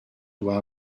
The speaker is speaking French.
doit